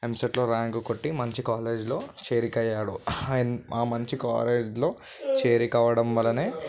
ఎంసెట్లో ర్యాంకు కొట్టి మంచి కాలేజ్లో చేరికయ్యాడు ఆ మంచి కాలేజ్లో చేరికవ్వడం వలనే